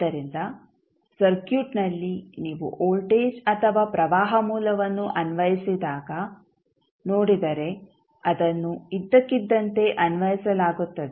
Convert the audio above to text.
ಆದ್ದರಿಂದ ಸರ್ಕ್ಯೂಟ್ನಲ್ಲಿ ನೀವು ವೋಲ್ಟೇಜ್ ಅಥವಾ ಪ್ರವಾಹ ಮೂಲವನ್ನು ಅನ್ವಯಿಸಿದಾಗ ನೋಡಿದರೆ ಅದನ್ನು ಇದ್ದಕ್ಕಿದ್ದಂತೆ ಅನ್ವಯಿಸಲಾಗುತ್ತದೆ